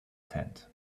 tent